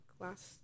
last